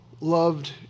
loved